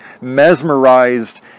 mesmerized